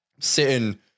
sitting